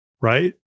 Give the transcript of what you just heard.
right